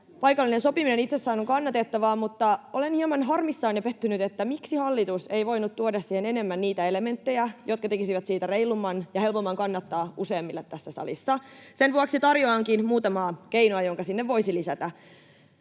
Paikallinen sopiminen itsessään on kannatettavaa, mutta olen hieman harmissani ja pettynyt, miksi hallitus ei voinut tuoda siihen enemmän niitä elementtejä, jotka tekisivät siitä useammille tässä salissa reilumman ja helpomman kannattaa. Sen vuoksi tarjoankin muutamaa keinoa, jotka sinne voisi lisätä: